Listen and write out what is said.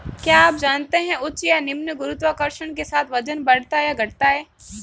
क्या आप जानते है उच्च या निम्न गुरुत्वाकर्षण के साथ वजन बढ़ता या घटता है?